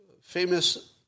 Famous